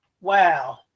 wow